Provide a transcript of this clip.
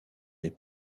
des